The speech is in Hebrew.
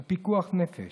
היא פיקוח נפש,